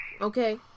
Okay